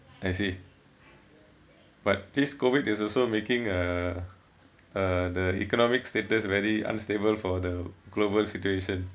I see but this COVID is also making uh uh the economic status very unstable for the global situation